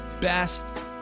best